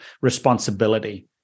responsibility